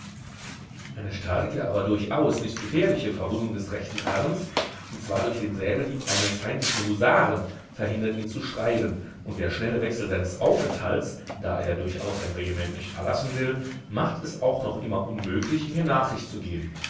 eine starke aber durchaus nicht gefährliche verwundung des rechten arms und zwar durch den säbelhieb eines feindlichen husaren verhindert ihn zu schreiben und der schnelle wechsel seines aufenthalts da er durchaus sein regiment nicht verlassen will macht es auch noch immer unmöglich mir nachricht zu geben